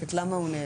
למה הוא נעדר.